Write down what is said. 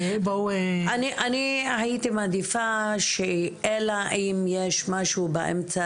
אני הייתי מעדיפה שאלא אם יש משהו באמצע